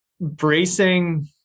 bracing